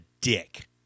dick